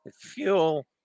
fuel